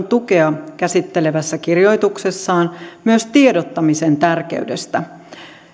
tukea käsittelevässä kirjoituksessaan myös tiedottamisen tärkeydestä